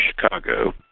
Chicago